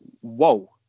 whoa